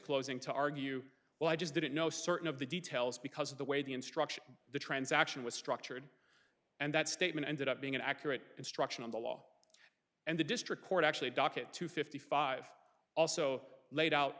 closing to argue well i just didn't know certain of the details because of the way the instruction the transaction was structured and that statement ended up being an accurate instruction on the law and the district court actually docket two fifty five also laid out